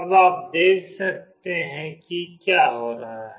अब आप देख सकते हैं कि क्या हो रहा है